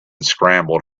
scrambled